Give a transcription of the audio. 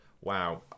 wow